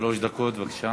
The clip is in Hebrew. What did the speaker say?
שלוש דקות, בבקשה.